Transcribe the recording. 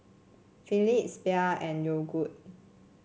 Philips Bia and Yogood